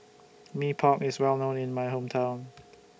Mee Pok IS Well known in My Hometown